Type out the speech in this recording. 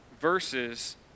versus